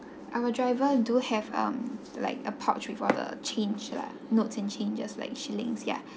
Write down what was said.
our driver do have um like a pouch with all the change lah notes and changes like shillings ya